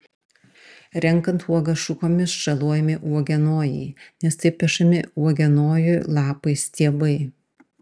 renkant uogas šukomis žalojami uogienojai nes taip pešami uogienojų lapai stiebai